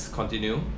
continue